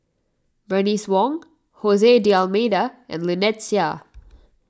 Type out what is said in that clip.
Bernice Wong Jose D'Almeida and Lynnette Seah